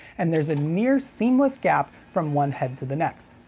and there's a near seamless gap from one head to the next.